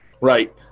Right